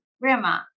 Grandma